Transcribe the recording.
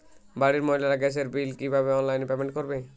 বাড়ির মহিলারা গ্যাসের বিল কি ভাবে অনলাইন পেমেন্ট করবে?